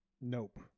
Nope